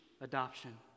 Adoption